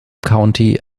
county